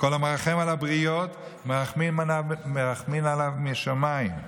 "כל המרחם על הבריות, מרחמין עליו מן השמיים",